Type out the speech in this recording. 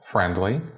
friendly,